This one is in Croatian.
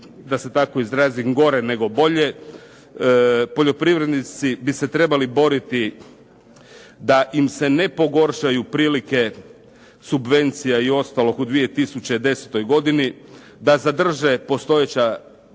da se tako izrazim gore nego bolje. Poljoprivrednici bi se trebali boriti da im se ne pogoršaju prilike subvencija i ostalog u 2010. godini, da zadrže postojeće